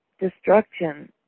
destruction